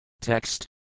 Text